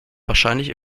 wahrscheinlich